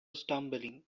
stumbling